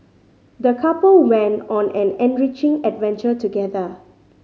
the couple went on an enriching adventure together